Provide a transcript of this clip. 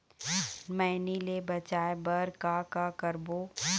मैनी ले बचाए बर का का करबो?